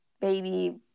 baby